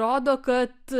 rodo kad